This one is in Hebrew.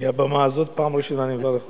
על הבמה הזאת פעם ראשונה, ואני מברך אותך.